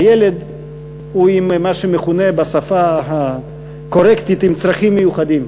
הילד הוא עם מה שמכונה בשפה הקורקטית עם "צרכים מיוחדים",